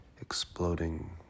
exploding